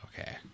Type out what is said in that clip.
Okay